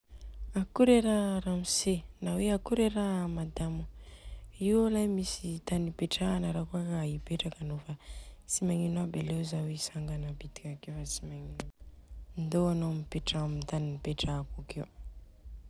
Akory ara a Ramose na hoe akory ara a Madamo. Io alay misy tany ipetrahana rakôa ka ipetraka anô fa tsy magnino aby aleo zao isangana bitika akeo fa tsy magnino aby. Ndô anô mipetraha amin'ny tany nipetrahako akeo.